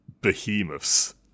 behemoths